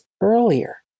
earlier